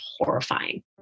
horrifying